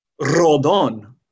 Rodon